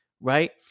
right